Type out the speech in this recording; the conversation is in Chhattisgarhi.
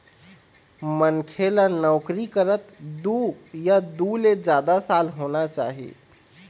मनखे ल नउकरी करत दू या दू ले जादा साल होना चाही